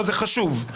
זה חשוב.